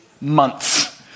months